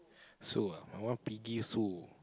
so err my one piggy Sue